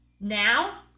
now